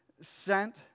sent